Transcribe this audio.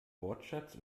wortschatz